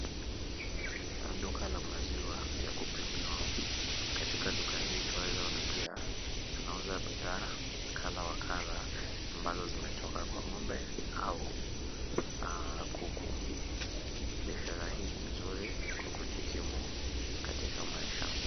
Duka la maziwa ya kupimiwa, katika duka hii twaeza ona pia wanauza bidhaa kadha wa kadha ambazo zimetoka kwa ng'ombe au kuku. Biashara hii ni nzuri kwa kujikimu katika maisha.